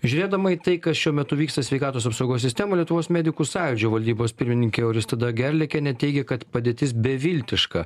žiūrėdama į tai kas šiuo metu vyksta sveikatos apsaugos sistemoj lietuvos medikų sąjūdžio valdybos pirmininkė oristoda gerliakienė teigia kad padėtis beviltiška